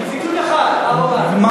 ציטוט אחד, מה הוא אמר.